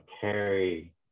carry